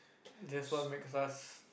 that's what makes us